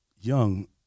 young